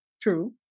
True